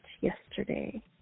yesterday